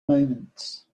moments